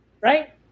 Right